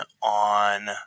on